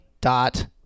dot